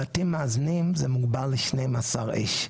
בבתים מאזנים זה מוגבל ל-12 איש,